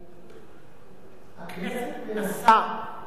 הכנסת מנסה, ונכשלת,